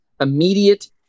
immediate